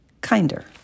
kinder